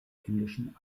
englischen